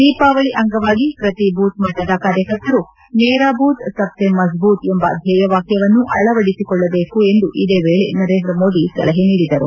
ದೀಪಾವಳಿ ಅಂಗವಾಗಿ ಪ್ರತಿ ಭೂತ್ ಮಟ್ಟದ ಕಾರ್ಯಕರ್ತರು ಮೇರಾ ಬೂತ್ ಸಬ್ ಸೇ ಮಜಬೂತ್ ಎಂಬ ಧ್ವೇಯವಾಕ್ಯವನ್ನು ಅಳವಡಿಸಿಕೊಳ್ಳಬೇಕು ಎಂದು ಇದೇ ವೇಳೆ ನರೇಂದ್ರ ಮೋದಿ ಸಲಹೆ ನೀಡಿದರು